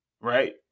right